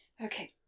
Okay